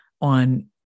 on